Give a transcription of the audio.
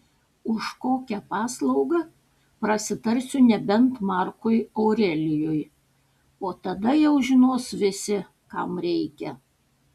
už kokią paslaugą prasitarsiu nebent markui aurelijui o tada jau žinos visi kam reikia